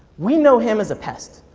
we know him as a pest.